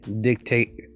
dictate